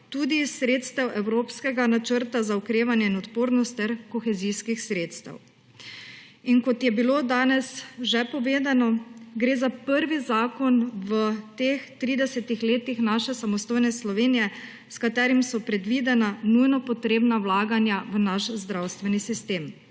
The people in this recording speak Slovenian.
tudi iz sredstev evropskega Načrta za okrevanje in odpornost ter kohezijskih sredstev. In kot je bilo danes že povedano, gre za prvi zakon v teh tridesetih naše samostojne Slovenije, s katerim so predvidena nujno potrebna vlaganja v naš zdravstveni sistem.